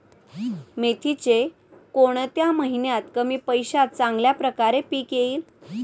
मेथीचे कोणत्या महिन्यात कमी पैशात चांगल्या प्रकारे पीक येईल?